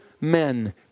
men